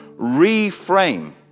reframe